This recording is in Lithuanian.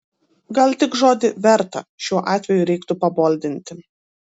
gal tik žodį verta šiuo atveju reiktų paboldinti